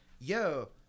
yo